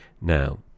Now